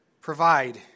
provide